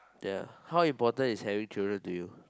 ya how important is having children to you